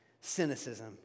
Cynicism